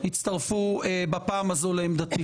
יצטרפו בפעם הזאת לעמדתי.